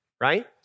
right